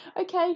Okay